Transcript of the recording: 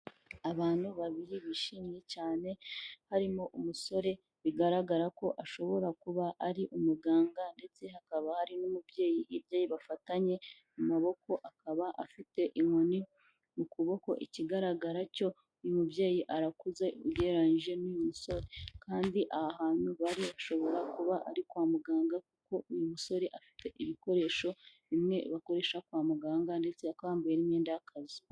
Abantu babiri bishimye cyane harimo umusore bigaragara ko ashobora kuba ari umuganga ndetse hakaba hari n'umubyeyi hirya ye bafatanye mu maboko akaba afite inkoni mu ku kuboko, ikigaragara cyo uyu mubyeyi arakuze ugereranyije n'uyu musore kandi aha hantu bari hashobora kuba ari kwa muganga kuko uyu musore afite ibikoresho bimwe bakoresha kwa muganga ndetse akaba yambaye n'imyenda y'akazi.